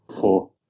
four